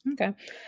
Okay